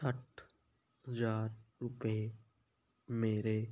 ਸੱਠ ਹਜ਼ਾਰ ਰੁਪਏ ਮੇਰੇ